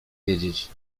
wiedzieć